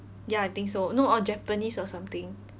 ya I think so no or japanese or something